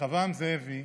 רחבעם זאבי,